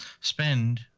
spend